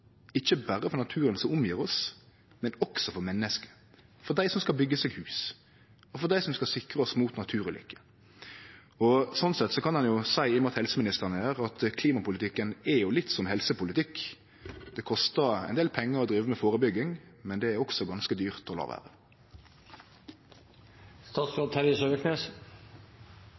ikkje berre for naturen som omgjev oss, men også for menneske – for dei som skal byggje seg hus, og for dei som skal sikre oss mot naturulykker. Slik sett kan ein jo seie – i og med at helseministeren er her – at klimapolitikken er litt som helsepolitikken: Det kostar ein del pengar å drive med førebygging, men det er også ganske dyrt å